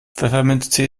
pfefferminztee